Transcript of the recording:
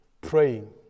praying